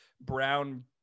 brown